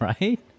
right